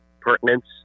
pertinence